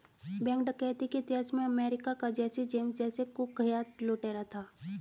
bank डकैती के इतिहास में अमेरिका का जैसी जेम्स सबसे कुख्यात लुटेरा था